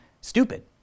stupid